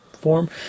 form